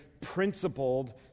principled